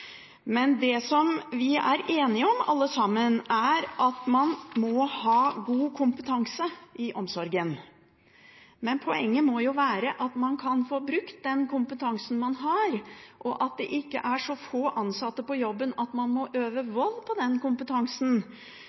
Det som vi er enige om, alle sammen, er at man må ha god kompetanse i omsorgen. Men poenget må jo være at man kan få brukt den kompetansen man har, og at det ikke er så få ansatte på jobben at man må øve vold på den kompetansen